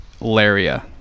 laria